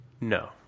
No